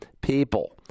people